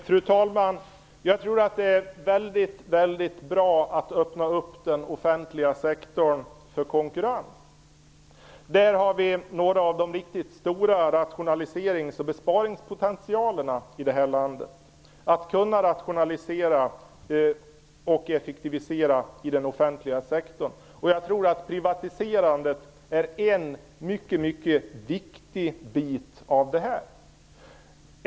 Fru talman! Jag tror att det är väldigt bra att öppna upp den offentliga sektorn för konkurrens. Där har vi några av de riktigt stora rationaliserings och besparingspotentialerna i det här landet; att kunna rationalisera och effektivisera i den offentliga sektorn. Jag tror att privatiserandet är en mycket viktig bit i det sammanhanget.